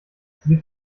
sie